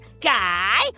Guy